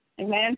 Amen